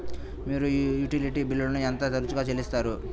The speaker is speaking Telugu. మీరు యుటిలిటీ బిల్లులను ఎంత తరచుగా చెల్లిస్తారు?